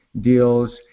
deals